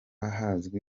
hazwi